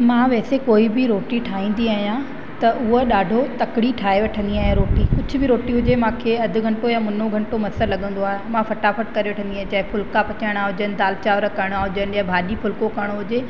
मां वैसे कोई बि रोटी ठाहींदी आहियां त उहा ॾाढो तकिड़ी ठाहे वठंदी आहियां रोटी कुझु बि रोटी हुजे मूंखे अधु घंटे या मुनो घंटो मस लॻंदो आहे मां फटाफट करे वठंदी आहियां चाहे फुलिका पचाइणा हुजनि दाल चांवर करिणा हुजनि या भाॼी फुलिको करिणो हुजे